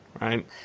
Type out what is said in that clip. right